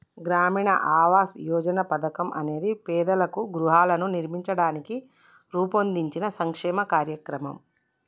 గ్రామీణ ఆవాస్ యోజన పథకం అనేది పేదలకు గృహాలను నిర్మించడానికి రూపొందించిన సంక్షేమ కార్యక్రమం